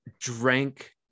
drank